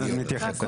נתייחס.